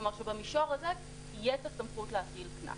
במישור הזה תהיה את הסמכות להטיל קנס.